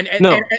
No